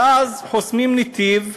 ואז חוסמים נתיב,